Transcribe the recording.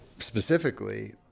specifically